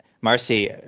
Marcy